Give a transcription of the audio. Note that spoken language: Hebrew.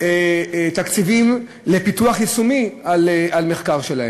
תקציבים לפיתוח יישומי של המחקר שלהם?